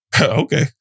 Okay